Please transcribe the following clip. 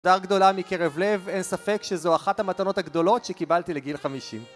תודה גדולה מקרב לב, אין ספק שזו אחת המתנות הגדולות שקיבלתי לגיל 50.